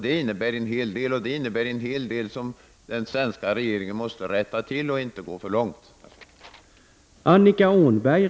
Det innebär att den svenska regeringen måste rätta till en hel del och inte heller får gå för långt.